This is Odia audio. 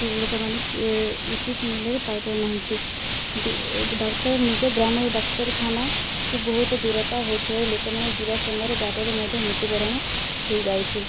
ଲୋକମାନେ ଉଚିତ ମୂଲ୍ୟରେ ପାଇପାରୁନାହାନ୍ତି ଡାକ୍ତର ନିଜ ଗ୍ରାମରୁ ଡାକ୍ତରଖାନାକୁୁ ବହୁତ ଦୂରତା ହୋଇଥିବାରୁ ଲୋକମାନେ ଯିବା ସମୟରେ ବାଟରେ ମଧ୍ୟ ମୃତ୍ୟୁବରଣ ହେଇଯାଉଛି